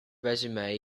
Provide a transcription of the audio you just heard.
resume